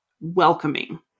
welcoming